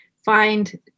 find